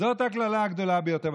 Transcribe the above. זאת הקללה הגדולה ביותר.